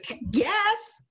yes